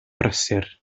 brysur